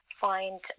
find